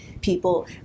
people